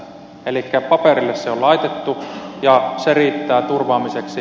elikkä paperille se on laitettu ja se riittää turvaamiseksi